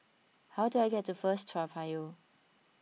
how do I get to First Toa Payoh